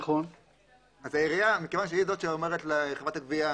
אז העירייה, מכיוון שהיא זאת שאומרת לחברת הגבייה